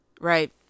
Right